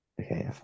Okay